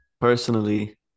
personally